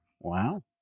Wow